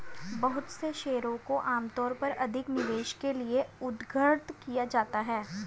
बहुत से शेयरों को आमतौर पर अधिक निवेश के लिये उद्धृत किया जाता है